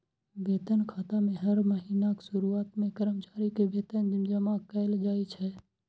वेतन खाता मे हर महीनाक शुरुआत मे कर्मचारी के वेतन जमा कैल जाइ छै